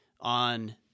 on